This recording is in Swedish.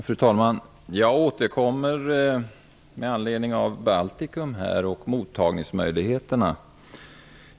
Fru talman! Jag återkommer med anledning av mottagningsmöjligheterna i Baltikum.